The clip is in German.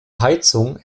heizung